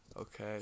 okay